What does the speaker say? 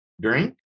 drink